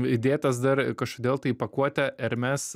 įdėtas dar kažkodėl tai į pakuotę ermes